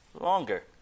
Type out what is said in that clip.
longer